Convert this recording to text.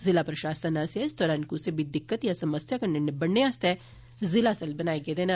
ज़िला प्रशासन आस्सेआ इस दरान कुसै बी दिक्कत जां समस्या कन्नै निबड़ने आस्तै ज़िला सेल बनाए गेदे न